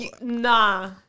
Nah